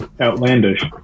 Outlandish